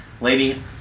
lady